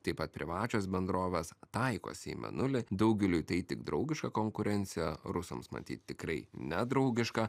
taip pat privačios bendrovės taikosi į mėnulį daugeliui tai tik draugiška konkurencija rusams matyt tikrai nedraugiška